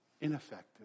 ineffective